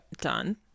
done